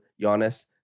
Giannis